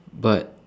but